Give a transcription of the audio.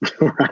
Right